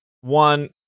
One